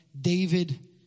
David